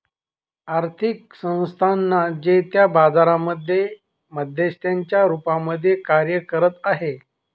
आर्थिक संस्थानांना जे त्या बाजारांमध्ये मध्यस्थांच्या रूपामध्ये कार्य करत आहे